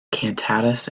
cantatas